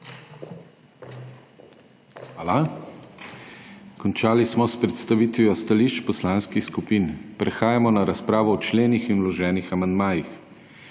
lepa. Končali smo s predstavitvijo stališč poslanskih skupin in prehajamo na razpravo o členih in vloženih amandmajih.